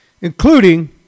including